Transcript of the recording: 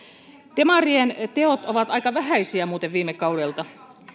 demarien teot ovat aika vähäisiä muuten viime kaudelta